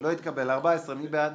לא התקבלה.14, מי בעד?